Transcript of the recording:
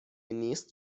نیست